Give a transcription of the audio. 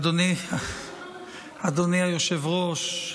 אדוני היושב-ראש,